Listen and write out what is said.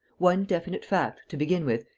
one definite fact, to begin with,